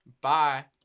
Bye